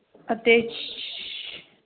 attach